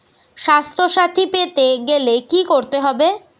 স্বাস্থসাথী পেতে গেলে কি করতে হবে?